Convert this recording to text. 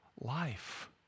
life